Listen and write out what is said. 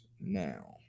now